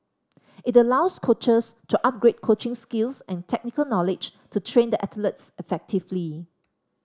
it allows coaches to upgrade coaching skills and technical knowledge to train the athletes effectively